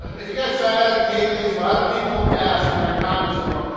if you get sciatic pain relief, a lot of people ask in our comments, you know,